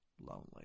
lonely